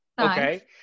Okay